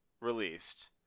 released